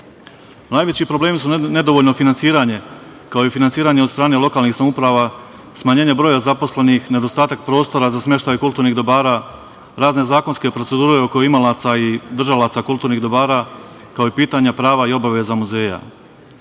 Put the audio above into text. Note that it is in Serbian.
problemi su nedovoljno finansiranje, kao i finansiranje od strane lokalnih samouprava, smanjenje broja zaposlenih, nedostatak prostora za smeštaj kulturnih dobara, razne zakonske procedure oko imalaca i držalaca kulturnih dobara, kao i pitanje prava i obaveza